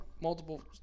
multiple